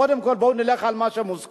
קודם כול, בואו נלך על מה שמוסכם.